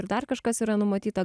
ir dar kažkas yra numatyta